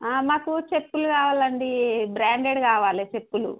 మాకు చెప్పులు కావాలండి బ్రాండెడ్ కావాలి చెప్పులు